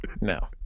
No